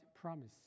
promise